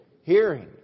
hearing